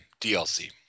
DLC